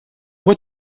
what